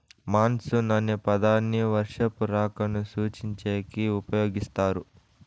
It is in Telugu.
మాన్సూన్ అనే పదాన్ని వర్షపు రాకను సూచించేకి ఉపయోగిస్తారు